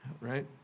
right